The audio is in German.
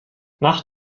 nach